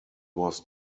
was